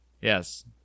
Yes